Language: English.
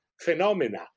phenomena